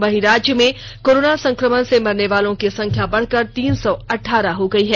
वहीं राज्य में कोरोना संकमण से मरने वाले की संख्या बढ़कर तीन सौ अठठारह हो गयी है